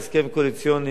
חבר הכנסת אלדד,